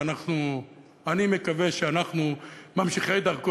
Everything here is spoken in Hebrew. ואני מקווה שאנחנו ממשיכי דרכו,